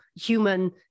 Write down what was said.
human